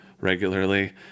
regularly